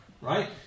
Right